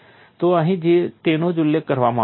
તો અહીં તેનો જ ઉલ્લેખ કરવામાં આવ્યો છે